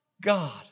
God